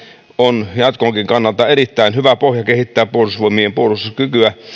on jatkonkin kannalta erittäin hyvä pohja kehittää puolustusvoimien puolustuskykyä